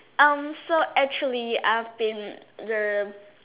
um so actually I have been the